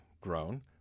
grown